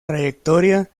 trayectoria